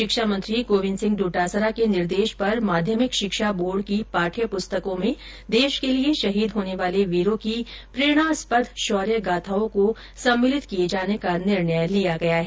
शिक्षा मंत्री गोविन्द सिंह डोटासरा के निर्देश पर माध्यमिक शिक्षा बोर्ड की पाठ्यपुस्तको में देश के लिए शहीद होने वाले वीरों की प्रेरणास्पद शौर्य गाथाओं को सम्मिलित किए जाने का निर्णय किया गया है